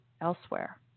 elsewhere